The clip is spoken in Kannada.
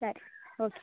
ಸರಿ ಓಕೆ